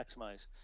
Maximize